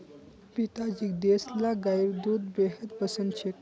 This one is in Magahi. पिताजीक देसला गाइर दूध बेहद पसंद छेक